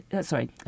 sorry